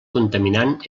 contaminant